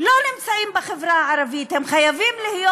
לא נמצאים בחברה הערבית, הם חייבים להיות